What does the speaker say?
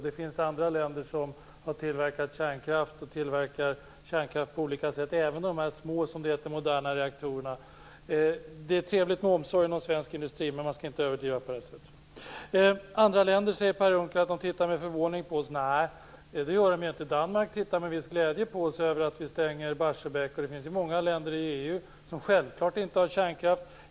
Det finns andra länder som har tillverkat kärnkraft, och som tillverkar kärnkraft på olika sätt - även de här små och, som det heter, moderna reaktorerna. Det är trevligt med omsorgen om svensk industri, men man skall inte överdriva på det här sättet. Per Unckel säger att andra länder tittar med förvåning på oss. Nej, det gör de inte. Danmark tittar med viss glädje på att vi stänger Barsebäck, och det finns självklart många länder i EU som inte har kärnkraft.